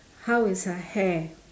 how is her hair